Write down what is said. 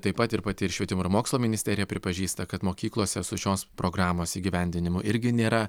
taip pat ir pati ir švietimo ir mokslo ministerija pripažįsta kad mokyklose su šios programos įgyvendinimu irgi nėra